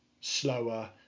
slower